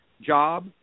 job